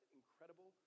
incredible